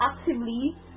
actively